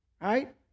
right